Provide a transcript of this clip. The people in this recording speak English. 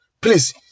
Please